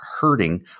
hurting